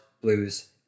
Blues